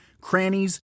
crannies